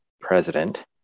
president